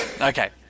Okay